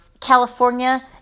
California